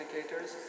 indicators